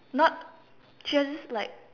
not just like